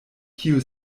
kiu